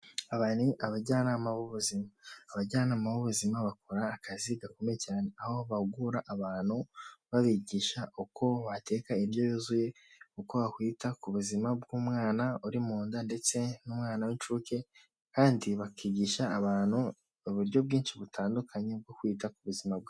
Aba ni abajyanama b'ubuzima. Abajyanama b'ubuzima bakora akazi gakomeye cyane aho bahugura abantu babigisha uko bateka indyo yuzuye, uko bakwita ku buzima bw'umwana uri mu nda ndetse n'umwana w'incuke. Kandi bakigisha abantu uburyo bwinshi butandukanye bwo kwita ku buzima bwabo.